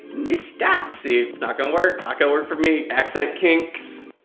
mister. see, it's not gonna work, not gonna work for me. accent kinks?